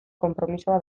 konpromisoa